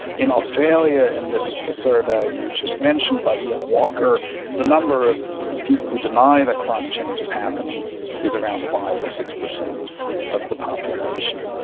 in australia in this survey you just mentioned by iain walker the number of people who deny that climate change is happening is is around five percent or six percent of the population.